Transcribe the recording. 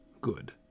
good